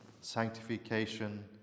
sanctification